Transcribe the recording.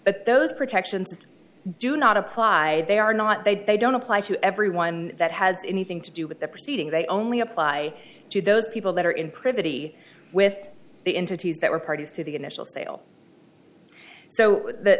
but those protections do not apply they are not they they don't apply to everyone that has anything to do with the proceedings they only apply to those people that are in pretty with the entities that were parties to the initial sale so that